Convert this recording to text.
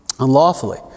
unlawfully